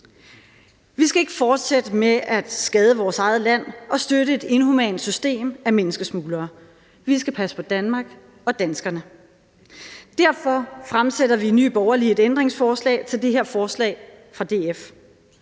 Vi skal ikke fortsætte med at skade vores eget land og støtte et inhumant system af menneskesmuglere. Vi skal passe på Danmark og danskerne. Derfor fremsætter vi i Nye Borgerlige et ændringsforslag til det her forslag fra DF.